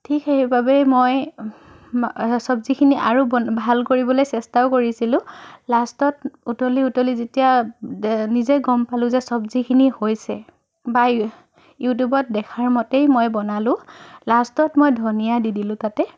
ঠিক সেইবাবেই মই চব্জিখিনি আৰু বন ভাল কৰিবলৈ চেষ্টাও কৰিছিলোঁ লাষ্টত উতলি উতলি যেতিয়া দে নিজে গম পালোঁ যে চব্জিখিনি হৈছে বা ইউটিউবত দেখাৰ মতেই মই বনালোঁ লাষ্টত মই ধনীয়া দি দিলোঁ তাতে